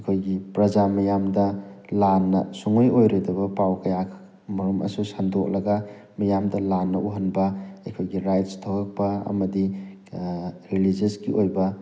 ꯑꯩꯈꯣꯏꯒꯤ ꯄ꯭ꯔꯖꯥ ꯃꯤꯌꯥꯝꯗ ꯂꯥꯟꯅ ꯁꯨꯡꯑꯣꯏ ꯑꯣꯏꯔꯣꯏꯗꯕ ꯄꯥꯎ ꯀꯌꯥꯃꯔꯨꯝꯁꯨ ꯁꯟꯗꯣꯛꯂꯒ ꯃꯤꯌꯥꯝꯗ ꯂꯥꯟꯅ ꯎꯍꯟꯕ ꯑꯩꯈꯣꯏꯒꯤ ꯔꯥꯏꯠꯁ ꯊꯣꯛꯂꯛꯄ ꯑꯃꯗꯤ ꯔꯤꯂꯤꯖꯁꯀꯤ ꯑꯣꯏꯕ